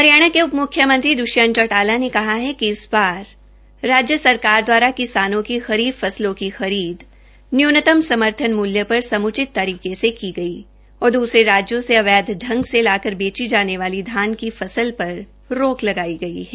हरियाणा के उपम्ख्यमंत्री श्री द्ष्यंत चौटाला ने कहा कि इस बार राज्य सरकार द्वारा किसानों की खरीफ फसलों की खरीद न्यूनतम समर्थन मूल्य पर सम्चित तरीके से की गई और द्रसरे राज्यों से अवैध ढंग से लाकर बेची जाने वाले धान की फसल पर रोक लगाई गई है